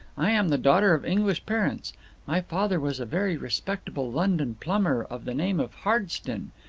i am the daughter of english parents my father was a very respectable london plumber of the name of harsden,